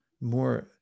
more